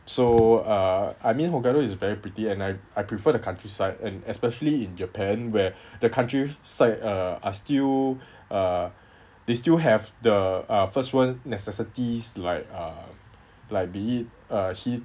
so uh I mean hokkaido is very pretty and I I prefer the countryside and especially in japan where the countryside uh are still uh they still have the uh first world necessities like uh like be it